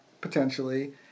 potentially